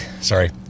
sorry